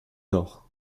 nord